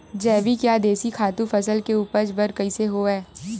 जैविक या देशी खातु फसल के उपज बर कइसे होहय?